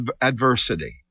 adversity